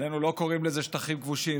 אצלנו לא קוראים לזה שטחים כבושים,